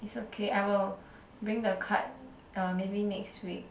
it's okay I'll bring the card uh maybe next week